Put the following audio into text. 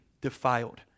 defiled